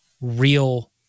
real